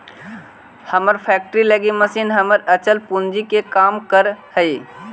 हमर फैक्ट्री लगी मशीन हमर अचल पूंजी के काम करऽ हइ